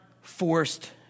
forced